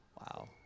Wow